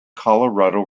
colorado